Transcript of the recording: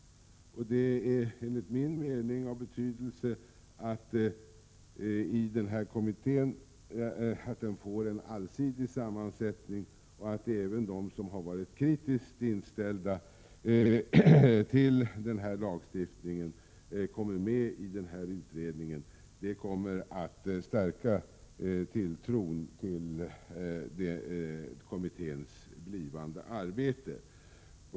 Det är enligt min mening av betydelse att denna kommitté får en allsidig sammansättning och att även de som har varit kritiskt inställda till ifrågavarande lagstiftning kommer med i utredningen. Det kommer att stärka tilltron till kommitténs blivande arbete.